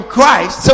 Christ